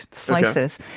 slices